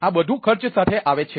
આ બધું ખર્ચ સાથે આવે છે